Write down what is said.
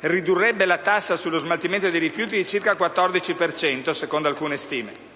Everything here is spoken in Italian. e ridurrebbe la tassa sullo smaltimento dei rifiuti di circa il 14 per cento, secondo alcune stime.